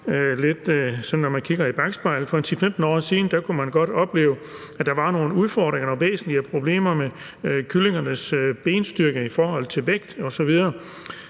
har gjort: kigget lidt i bakspejlet – til for en 10-15 år siden, kunne man godt opleve, at der var nogle udfordringer og væsentlige problemer med kyllingernes benstyrke i forhold til vægt osv.